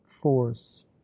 force